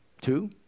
Two